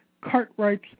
Cartwright's